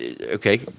Okay